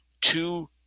two